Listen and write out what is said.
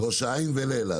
לראש העין ולאלעד.